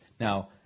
Now